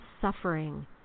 suffering